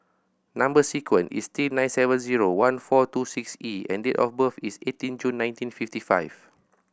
number sequence is T nine seven zero one four two six E and date of birth is eighteen June nineteen fifty five